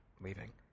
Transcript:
leaving